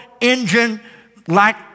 engine-like